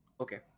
okay